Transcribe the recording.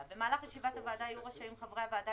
6. במהלך ישיבת הוועדה יהיו רשאים חברי הוועדה